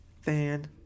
Fan